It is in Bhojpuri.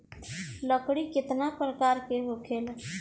लकड़ी केतना परकार के होखेला